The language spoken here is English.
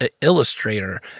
illustrator